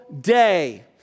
day